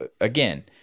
again